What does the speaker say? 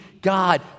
God